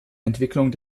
entwicklung